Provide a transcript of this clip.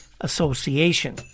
Association